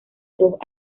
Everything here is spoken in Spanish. todos